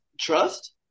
trust